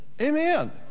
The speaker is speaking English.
Amen